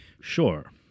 sure